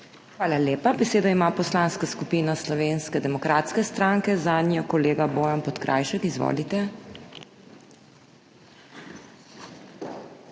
Hvala lepa. Besedo ima Poslanska skupina Slovenske demokratske stranke, zanjo kolega Bojan Podkrajšek. Izvolite.